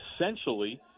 essentially